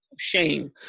shame